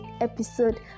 episode